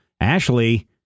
Ashley